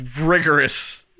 rigorous